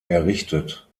errichtet